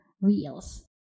reels